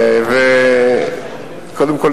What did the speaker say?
קודם כול,